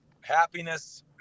Happiness